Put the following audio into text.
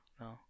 No